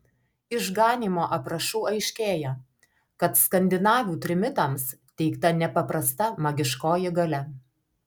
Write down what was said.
iš ganymo aprašų aiškėja kad skandinavių trimitams teikta nepaprasta magiškoji galia